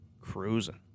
Cruising